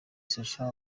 sacha